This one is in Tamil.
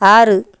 ஆறு